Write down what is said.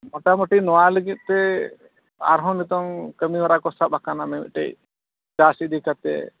ᱢᱚᱴᱟᱢᱩᱴᱤ ᱱᱚᱣᱟ ᱞᱟᱹᱜᱤᱫ ᱛᱮ ᱟᱨᱦᱚᱸ ᱱᱤᱛᱚᱝ ᱠᱟᱹᱢᱤ ᱦᱚᱨᱟ ᱠᱚ ᱥᱟᱵ ᱟᱠᱟᱱᱟ ᱢᱤᱢᱤᱫᱴᱮᱱ ᱪᱟᱥ ᱤᱫᱤ ᱠᱟᱛᱮᱫ